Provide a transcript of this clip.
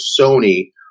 Sony